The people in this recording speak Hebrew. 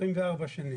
24 שנים.